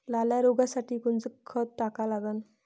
लाल्या रोगासाठी कोनचं खत टाका लागन?